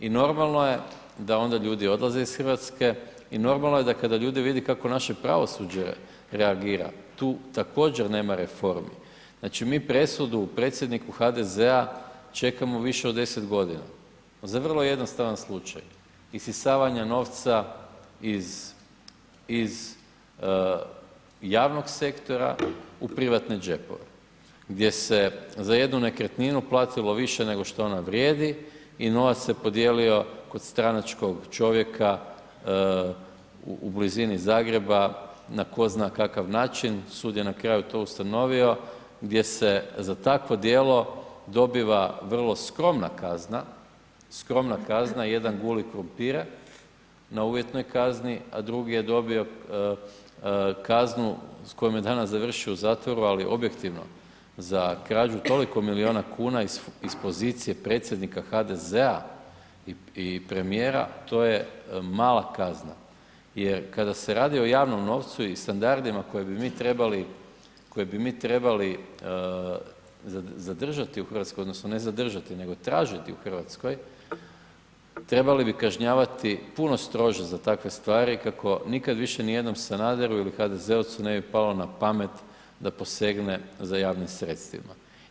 I normalno je da onda ljudi odlaze iz Hrvatske i normalno da kada ljudi vide kako naše pravosuđe reagira, tu također nema reformi, znači mi presudu predsjedniku HDZ-a čekamo više od 10 g. za vrlo jednostavan slučaj, isisavanja novca iz javnog sektora u privatne džepove gdje se za jednu nekretninu platilo više nego što ona vrijedi i novac se podijelio kod stranačkog čovjeka u blizini Zagreba na tko zna kakav način, sud je na kraju to ustanovio gdje se za takvo djelo dobiva vrlo skromna kazna, jedan guli krumpire na uvjetnoj kazni a drugi je dobio kaznu s kojom je danas završio u zatvoru ali objektivno, za krađu toliko milijuna kuna iz pozicije predsjednika HDZ-a i premijera, to je mala kazna jer kada se radi o javnom novcu i standardima koje bi mi trebali zadržati u Hrvatskoj odnosno ne zadržati nego tražiti u Hrvatskoj, trebali bi kažnjavati puno strože za takve stvari kako nikad više ni jednom Sanaderu ili HDZ-ovcu ne bi palo na pamet da posegne za javnim sredstvima.